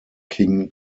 king